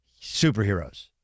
superheroes